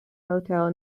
hotel